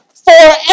forever